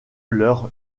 leurs